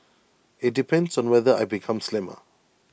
IT depends on whether I become slimmer